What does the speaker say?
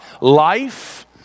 life